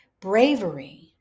Bravery